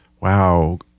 wow